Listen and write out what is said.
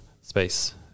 space